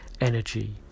energy